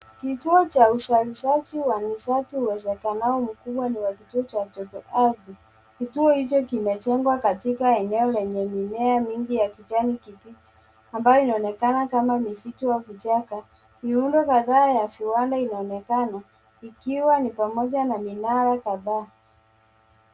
Kituo cha uzalishaji wa nishati uwezekanao mkubwa ni wa kituo cha joto ardhi. kituo hicho kimejengwa katika eneo lenye mimea mingi ya kijani kibichi ambayo inaonekana kama misitu au vichaka. Miundo kadhaa ya viwanda inaonekana ikiwa ni pamoja na minara kadhaa.